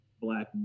Black